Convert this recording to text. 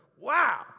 wow